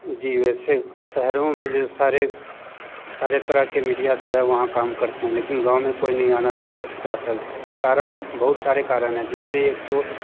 जी वैसे शहरों में जो सारे जैसे सारे सारे तरह के मीडिया जो हैं वहाँ काम करते हैं लेकिन गाँव में कोई नहीं आना चाहता चाहता इसका कारण बहुत सारे कारण है जिस पर एक तो